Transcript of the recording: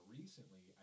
recently